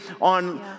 on